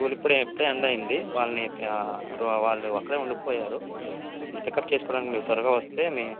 school ఇప్పుడే ఇప్పుడే end అయ్యింది వాళ్ళని ఆ రు వాళ్ళు ఒక్కరే ఉండి పోయారు పికప్ చేసుకోడానికి మీరు త్వరగా వస్తే